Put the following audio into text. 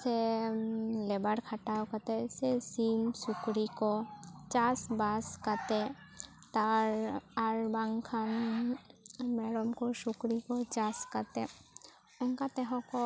ᱥᱮ ᱞᱮᱵᱟᱨ ᱠᱷᱟᱴᱟᱣ ᱠᱟᱛᱮᱫ ᱥᱮ ᱥᱤᱢ ᱥᱤᱢ ᱥᱩᱠᱨᱤ ᱠᱚ ᱪᱟᱥᱼᱵᱟᱥ ᱠᱟᱛᱮᱫ ᱛᱟᱨ ᱟᱨ ᱵᱟᱝᱠᱷᱟᱱ ᱢᱮᱨᱚᱢ ᱠᱚ ᱥᱩᱠᱨᱤ ᱠᱚ ᱪᱟᱥ ᱠᱟᱛᱮᱫ ᱚᱱᱠᱟ ᱛᱮᱦᱚᱸ ᱠᱚ